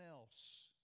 else